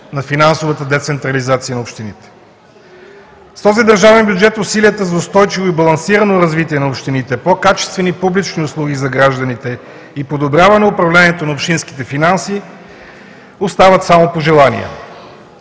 на финансовата децентрализация на общините. С този държавен бюджет усилията за устойчиво и балансирано развитие на общините, по-качествени публични услуги за гражданите и подобряване управлението на общинските финанси остават само пожелания.